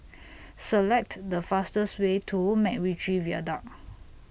Select The fastest Way to Macritchie Viaduct